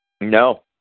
No